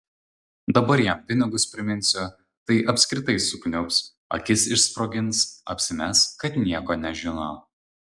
dabar jam pinigus priminsiu tai apskritai sukniubs akis išsprogins apsimes kad nieko nežino